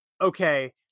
okay